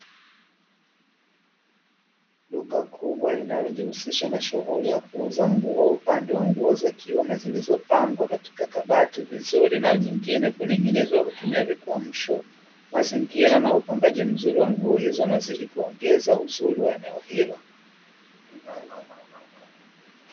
Duka kubwa linalojihusisha na shughuli ya kuuza nguo upande wa nguo za kiume, zilizopangwa katika kabati vizuri na nyingine kuning’ining’inizwa kwa kutumia vikwamsho. Mazingira na upangaji mzuri wa nguo hizo unazidi kuongeza uzuri wa eneo hilo.